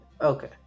Okay